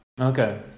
Okay